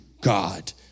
God